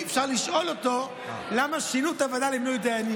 אפשר לשאול אותו למה שינו את הוועדה למינוי דיינים.